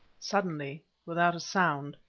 suddenly, without a sound,